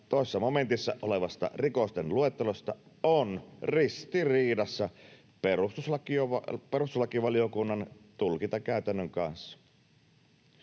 56 §:n 2 momentissa olevasta rikosten luettelosta on ristiriidassa perustuslakivaliokunnan tulkintakäytännön kanssa.